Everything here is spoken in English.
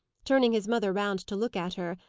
turning his mother round to look at her,